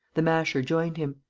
the masher joined him.